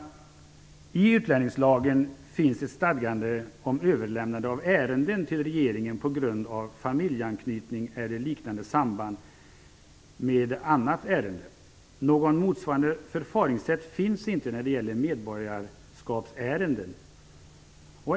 I utlänningslagen finns ett stadgande om överlämnande av ärenden till regeringen på grund av familjeanknytning eller liknande samband med annat ärende. Något motsvarande förfaringssätt finns inte när det gäller medborgarskapsärenden.